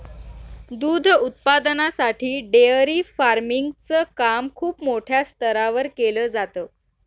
दूध उत्पादनासाठी dairy farming च काम खूप मोठ्या स्तरावर केल जात